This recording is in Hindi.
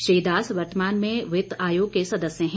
श्री दास वर्तमान में वित्त आयोग के सदस्य हैं